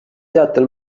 teatel